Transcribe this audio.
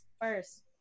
first